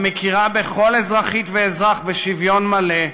המכירה בכל אזרחית ואזרח בשוויון מלא,